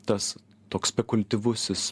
tas toks spekuliatyvusis